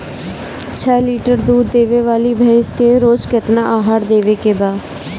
छह लीटर दूध देवे वाली भैंस के रोज केतना आहार देवे के बा?